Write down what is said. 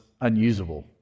unusable